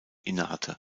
innehatte